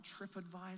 TripAdvisor